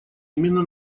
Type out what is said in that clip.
именно